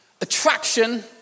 attraction